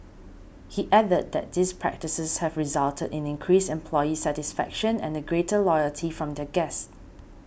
he added that these practices have resulted in increased employee satisfaction and a greater loyalty from their guests